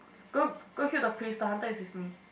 go go heal the priest the hunter is with me